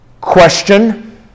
Question